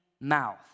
mouth